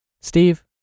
Steve